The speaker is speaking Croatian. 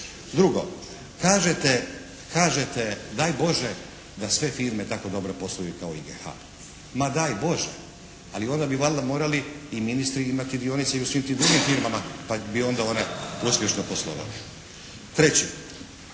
Kažete, kažete daj Bože da sve firme tako dobro posluju kao IGH, ma daj Bože, ali onda bi valjda morali i ministri imati dionice i u svim tim drugim firmama pa bi onda one uspješno poslovale. Treće,